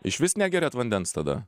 išvis negeriat vandens tada